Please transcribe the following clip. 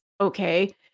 okay